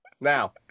Now